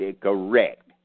correct